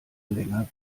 länger